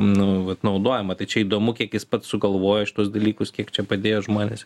nu vat naudojama tai čia įdomu kiek jis pats sugalvojo šituos dalykus kiek čia padėjo žmonės